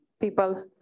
people